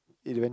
even~